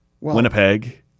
Winnipeg